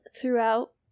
throughout